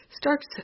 starts